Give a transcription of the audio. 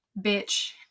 bitch